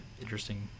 interesting